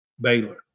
Baylor